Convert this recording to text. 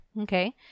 Okay